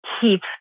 keep